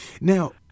Now